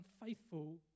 unfaithful